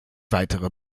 weitere